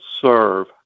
serve